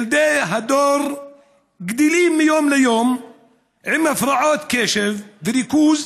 ילדי הדור גדלים מיום ליום עם הפרעות קשב וריכוז